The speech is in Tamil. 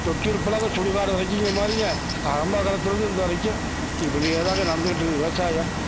தொட்டில் பழக்கம் சுடுகாடு வரைக்குங்கிற மாதிரிங்க ஆரம்ப காலத்துலேருந்து இருந்த வரைக்கும் இப்படியே தாங்க நடந்துகிட்டு இருக்குது விவசாயம்